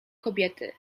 kobiety